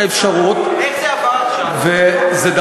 המועד האחרון שבו רשות מקומית יכולה לקבל החלטה